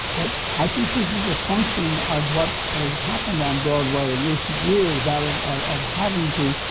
but i think this is a function of what has happened on broadway in recent years, that of of having to